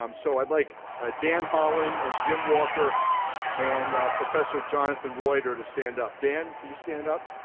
um so i'd like dan holland and jim walker and professor jonathan reuter to stand up. dan, could you stand up?